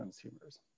consumers